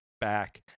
back